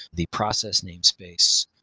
the process name space,